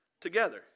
together